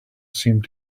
seemed